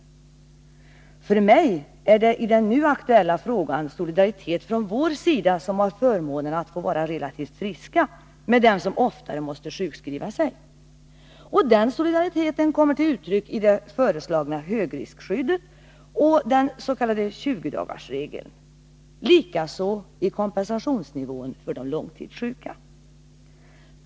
För mig är det i den nu aktuella frågan solidaritet från oss som har förmånen att vara ganska friska med dem som oftare måste sjukskriva sig. Den solidariteten kommer till uttryck i det föreslagna högriskskyddet och den s.k. 20-dagarsregeln samt i kompensationsnivån för de långtidssjuka.